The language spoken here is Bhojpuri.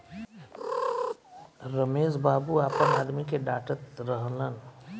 रमेश बाबू आपना आदमी के डाटऽत रहलन